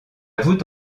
voûte